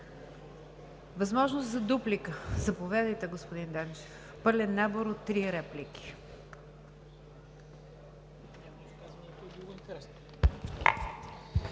Възможност за дуплика – заповядайте, господин Данчев. Пълен набор от три реплики.